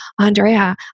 Andrea